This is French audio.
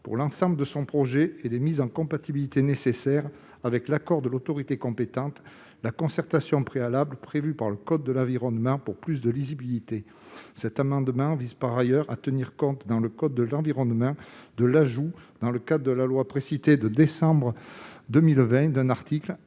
pour l'ensemble de son projet et les mises en compatibilité nécessaires, avec l'accord de l'autorité compétente, la concertation préalable prévue par le code de l'environnement. Cet amendement vise par ailleurs à tenir compte dans le code de l'environnement de l'ajout, dans le cadre de la loi ASAP, d'un article